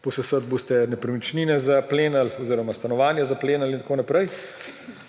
posesati, boste nepremičnine zaplenili oziroma stanovanje zaplenili in tako naprej.